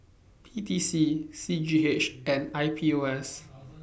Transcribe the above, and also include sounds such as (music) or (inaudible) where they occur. P T C C G H (noise) and I P O S